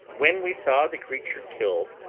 when we saw the creature killed,